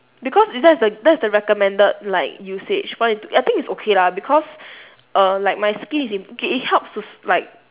because it's that's the that's the recommended like usage but I think it's okay lah because err like my skin is it okay it helps to s~ like